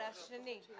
על ההודעה השנייה.